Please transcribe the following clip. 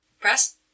Press